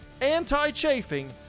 anti-chafing